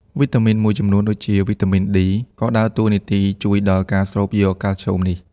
វីតាមីនមួយចំនួនដូចជា វីតាមីន D ក៏ដើរតួនាទីជួយដល់ការស្រូបយកកាល់ស្យូមនេះ។